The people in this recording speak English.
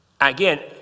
Again